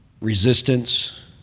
resistance